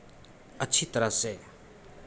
अच्छी तरह से